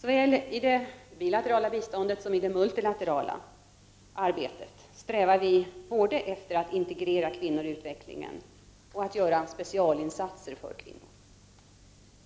Såväl i det bilaterala biståndet som i det multilaterala arbetet strävar vi efter både att integrera kvinnor i utvecklingen och att göra specialinsatser för kvinnor.